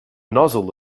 nozzle